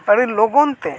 ᱟᱹᱰᱤ ᱞᱚᱜᱚᱱᱛᱮ